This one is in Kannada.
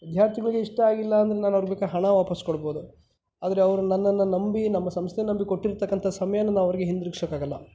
ವಿದ್ಯಾರ್ಥಿಗಳಿಗೆ ಇಷ್ಟ ಆಗಿಲ್ಲ ಅಂದರೆ ನಾನು ಅವ್ರಿಗೆ ಬೇಕಾದ್ರೆ ಹಣ ವಾಪಸ್ ಕೊಡ್ಬೋದು ಆದರೆ ಅವರು ನನ್ನನ್ನು ನಂಬಿ ನಮ್ಮ ಸಂಸ್ಥೆನ ನಂಬಿ ಕೊಟ್ಟಿರ್ತಕ್ಕಂಥ ಸಮಯಾನ ನಾವು ಅವರಿಗೆ ಹಿಂದಿರುಗಿಸೋಕ್ಕಾಗಲ್ಲ